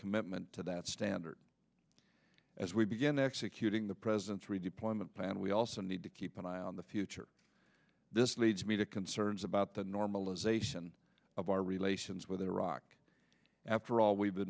commitment to that standard as we begin executing the president's redeployment plan we also need to keep an eye on the future this leads me to concerns about the normalization of our relations with iraq after all we've been